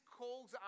calls